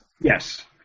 Yes